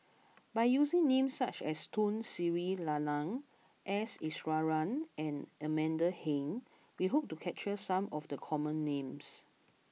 by using names such as Tun Sri Lanang S Iswaran and Amanda Heng we hope to capture some of the common names